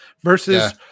versus